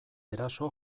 eraso